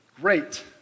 great